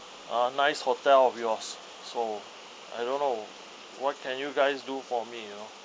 uh nice hotel of yours so I don't know what can you guys do for me you know